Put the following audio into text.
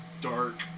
Dark